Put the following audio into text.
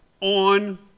on